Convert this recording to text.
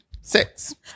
six